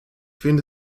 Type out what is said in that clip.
finde